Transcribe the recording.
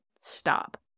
stop